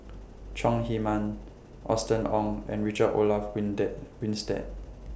Chong Heman Austen Ong and Richard Olaf when Day Winstedt